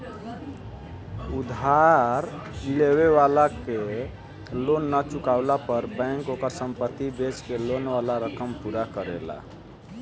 उधार लेवे वाला के लोन ना चुकवला पर बैंक ओकर संपत्ति बेच के लोन वाला रकम पूरा करेला